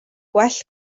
gwell